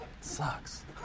Sucks